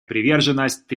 приверженность